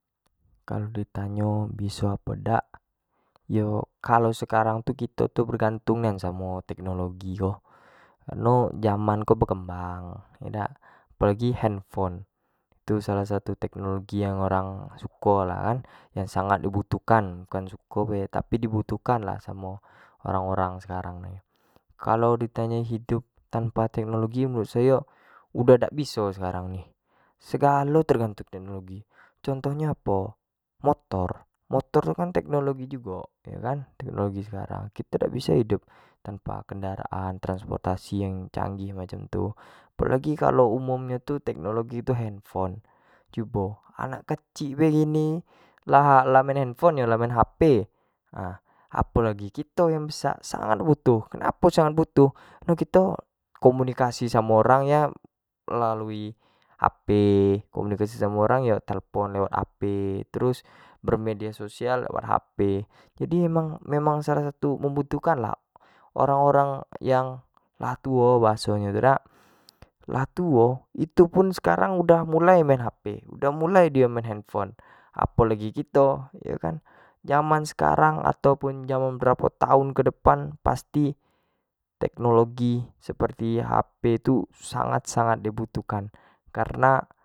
Kalau di tanyo biso apo dak yo kalau sekarang tu kito tu bergantung nian samo teknologi ko kareno zaman ko berkembang yo dak apo lagi handphone itu salah satu teknologi yang orang suko gitu kan, yang orang sangat butuhkan, bukan suko bae tapi sangat di butuhkan samo orang-orang sekarang ni, kalau di tanyo hidup tanpa teknologi menurut sayo udah dak biso sekarang ni, segalo tergantung teknologi contoh nyo apo, motor, motor tu kan teknologi jugo kan, jadi sekarang kito dak biso hidup tanpa kendaraan transportasi canggih macam tu, apo lagi kalau umum nyo tu teknologi nyo tu handphone, cubo anak kecik bae lah kini lah main handphone lah main hp, nah apo lagi kito yang besak, sangat butuh, kenapo sangat butuh kareno kito komunikasi samo orang nya melalui hp, melalui telepon lewat hp terus bermedia social lewat hp, jadi memang-memang salah satu butuh kan lah orang-orang yang lah tuo bahaso nyo tu dak, lah tuo itu pun sekarang lah mulai main hp lah mulai di main handphone apo lagi kito, yo kan zaman sekarang ataun pun zaman berapo tahun kedepan pasti teknologi sperti hp tu sangat-sangat di butuh kan karena.